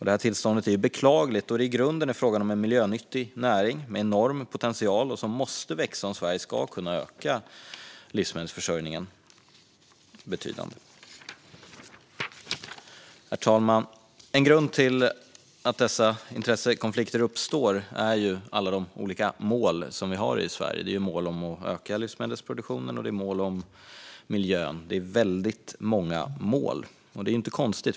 Detta tillstånd är beklagligt, då det i grunden är fråga om en miljönyttig näring med enorm potential, som måste växa om Sverige ska kunna öka livsmedelsförsörjningen betydligt. Herr talman! En grund till att dessa intressekonflikter uppstår är alla de olika mål som vi har i Sverige. Det är mål om att öka livsmedelsproduktionen, och det är mål om miljön. Det är väldigt många mål. Det är inte konstigt.